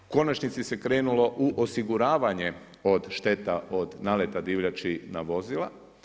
U konačnici se krenulo u osiguravanje od šteta od naleta divljači na vozila.